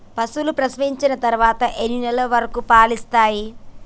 పశువులు ప్రసవించిన తర్వాత ఎన్ని నెలల వరకు పాలు ఇస్తాయి?